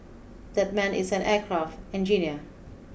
that man is an aircraft engineer